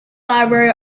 library